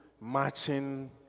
matching